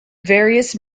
various